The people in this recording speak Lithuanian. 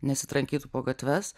nesitrankytų po gatves